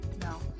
no